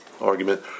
argument